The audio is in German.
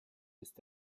ist